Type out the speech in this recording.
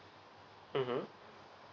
mmhmm